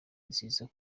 nziza